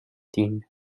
دین